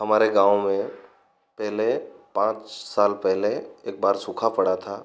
हमारे गाँव में पहले पाँच साल पहले एकबार सूखा पड़ा था